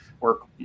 work